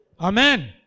Amen